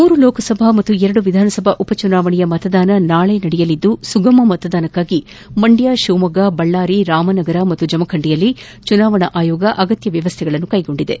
ಮೂರು ಲೋಕಸಭಾ ಹಾಗೂ ಎರಡು ವಿಧಾನ ಸಭಾ ಉಪ ಚುನಾವಣೆಯ ಮತದಾನ ನಾಳಿ ನಡೆಯಲಿದ್ದು ಸುಗಮ ಮತದಾನಕ್ಕಾಗಿ ಮಂಡ್ಯ ಶಿವಮೊಗ್ಗ ಬಳ್ಳಾರಿ ರಾಮನಗರ ಮತ್ತು ಜಮಖಂಡಿಯಲ್ಲಿ ಚುನಾವಣಾ ಅಯೋಗ ಅಗತ್ಯ ವ್ಯವಸ್ಥೆ ಕೈಗೊಂಡಿದೆ